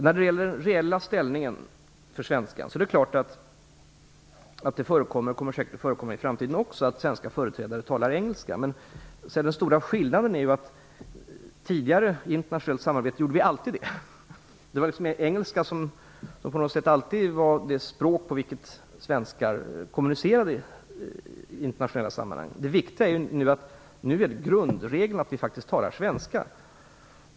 När det gäller svenskans reella ställning vill jag säga att det förekommer, och att det säkert också kommer att förekomma i framtiden, att svenska företrädare talar engelska. Den stora skillnaden är ju att vi tidigare i internationellt samarbete alltid gjorde det. Engelska var alltid det språk på vilket svenskar kommunicerade i internationella sammanhang. Det viktiga är att grundregeln nu är att vi faktiskt talar svenska.